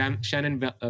Shannon